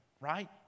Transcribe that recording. right